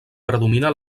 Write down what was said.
predomina